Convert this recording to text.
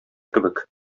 кебек